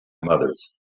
mothers